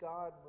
God